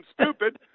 stupid